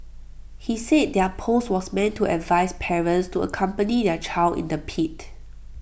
he said their post was meant to advise parents to accompany their child in the pit